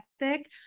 ethic